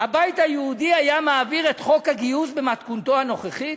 הבית היהודי היה מעביר את חוק הגיוס במתכונתו הנוכחית?